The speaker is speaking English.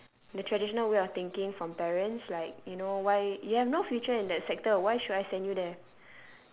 like the traditional way of thinking from parents like you know why you have no future in that sector why should I send you there